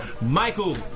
michael